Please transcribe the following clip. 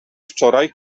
wczoraj